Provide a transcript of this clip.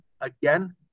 again